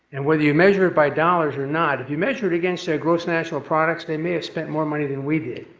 and whether you measure it by dollars or not, if you measure it against their gross national products, they may have spent more money than we did.